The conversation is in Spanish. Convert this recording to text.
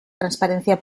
transparencia